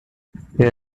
they